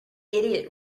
idiot